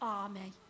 army